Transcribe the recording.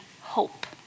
hope